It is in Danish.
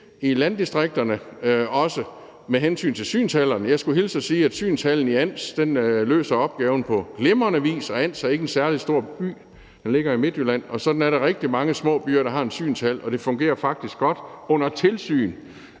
i landdistrikterne med hensyn til synshallerne. Jeg skulle hilse og sige, at synshallen i Ans løser opgaven på glimrende vis, og Ans er ikke en særlig stor by, den ligger i Midtjylland, og sådan er der rigtig mange små byer, der har en synshal, og det fungerer faktisk godt under tilsyn